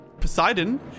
Poseidon